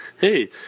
Hey